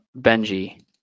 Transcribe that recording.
Benji